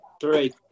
three